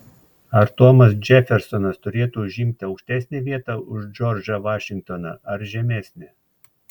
ar tomas džefersonas turėtų užimti aukštesnę vietą už džordžą vašingtoną ar žemesnę